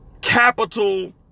Capital